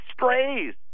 strays